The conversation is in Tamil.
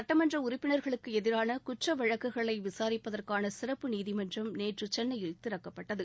சுட்டமன்ற உறுப்பினர்களுக்கு எதிரான குற்ற வழக்குகளை விசாரிப்பதற்கான சிறப்பு நீதிமன்றம் நேற்று சென்னையில் திறக்கப்பட்டது